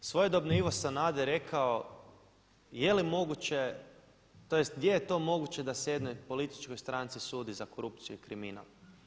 Svojedobno Ivo Sanader je rekao je li moguće, tj. gdje je to moguće da se jednoj političkoj stranci sudi za korupciju i kriminal?